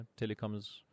telecoms